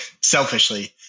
selfishly